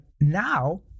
now